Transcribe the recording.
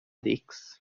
leaks